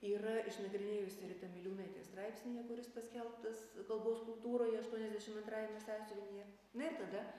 yra išnagrinėjusi rita miliūnaitė straipsnyje kuris paskelbtas kalbos kultūroje aštuoniasdešim antrajame sąsiuvinyje na ir tada